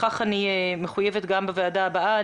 לכך אני מחויבת גם בוועדה הבאה.